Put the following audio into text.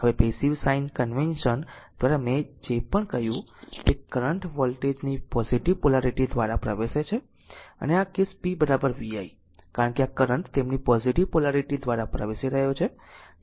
હવે passive sign convention દ્વારા મેં જે પણ કહ્યું તે કરંટ વોલ્ટેજ ની પોઝીટીવ પોલારીટી દ્વારા પ્રવેશે છે અને આ કેસ p vi કારણ કે આ કરંટ તેમની પોઝીટીવ પોલારીટી દ્વારા પ્રવેશી રહ્યો છે